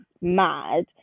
mad